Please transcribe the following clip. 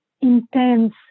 intense